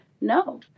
No